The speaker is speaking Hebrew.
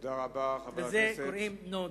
not done.